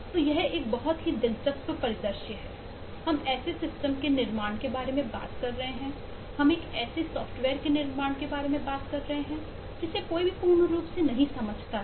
तो यह एक बहुत ही दिलचस्प परिदृश्य है हम ऐसे सिस्टम के निर्माण के बारे में बात कर रहे हैं हम एक ऐसे सॉफ्टवेयर के निर्माण के बारे में बात कर रहे हैं जिसे कोई भी पूर्ण रूप से नहीं समझता है